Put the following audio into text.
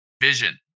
vision